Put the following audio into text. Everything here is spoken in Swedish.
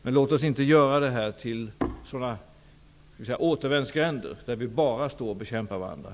Men låt oss inte göra detta problem till återvändsgränder, där vi bara står och bekämpar varandra.